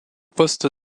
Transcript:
poste